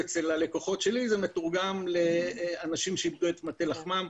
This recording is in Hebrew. אצל הלקוחות שלי זה מתורגם לאנשים שאיבדו את מטה לחמם.